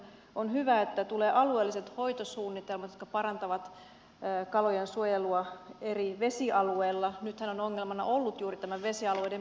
on hyvä että tulee alueelliset hoitosuunnitelmat jotka parantavat kalojen suojelua eri vesialueilla nythän on ongelmana ollut juuri tämä vesialueiden pirstaleisuus